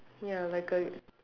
ya like A